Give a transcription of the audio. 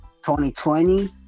2020